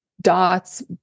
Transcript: dots